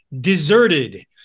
deserted